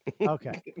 Okay